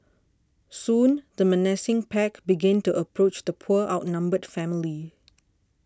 soon the menacing pack began to approach the poor outnumbered family